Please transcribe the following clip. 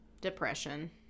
depression